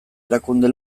erakunde